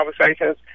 conversations